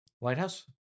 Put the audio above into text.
Lighthouse